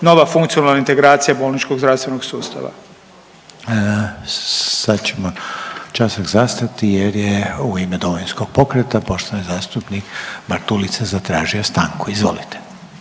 nova funkcionalna integracija bolničkog zdravstvenog sustava. **Reiner, Željko (HDZ)** Sad ćemo časak zastati jer je u ime Domovinskog pokreta, poštovani zastupnik Bartulica zatražio stanku. izvolite.